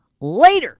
Later